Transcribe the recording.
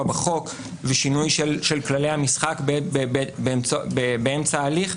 בחוק ושינוי של כללי המשחק באמצע הליך,